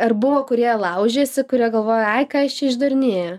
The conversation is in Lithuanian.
ar buvo kurie laužėsi kurie galvoja ai ką jis čia išdarinėja